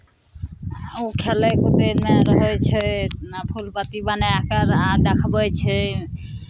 ओ खेलय कूदयमे रहै छै आ फूल पत्ती बनाए कऽ आ देखबै छै